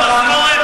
עם יד על הלב,